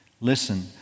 Listen